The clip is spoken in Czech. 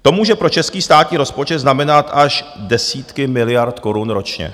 To může pro český státní rozpočet znamenat až desítky miliard korun ročně.